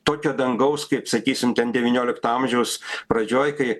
tokio dangaus kaip sakysim ten devyniolikto amžiaus pradžioj kai